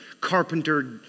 carpenter